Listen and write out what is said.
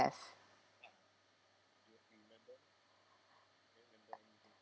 yes